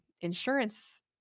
insurance